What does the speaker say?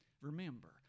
Remember